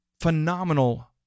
phenomenal